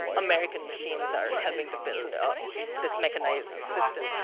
american machines are helping to build this mechanized system.